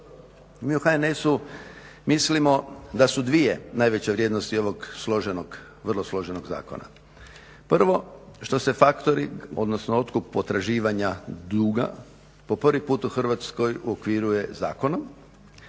Mi u HNS-u mislimo da su dvije najveće vrijednosti ovog vrlo složenog zakona. Prvo, što se factoring odnosno otkup potraživanja duga po prvi puta u Hrvatskoj uokviruje zakonom